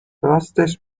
راستش